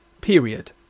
period